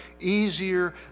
easier